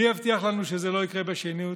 מי יבטיח לנו שזה לא יקרה שנית?